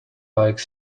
like